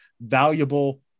valuable